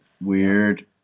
Weird